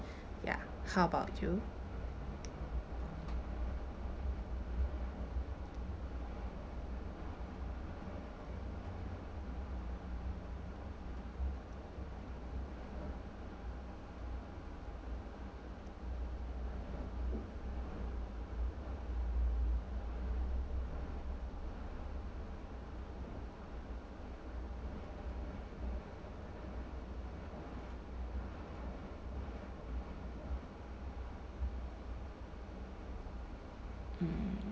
ya how about you mm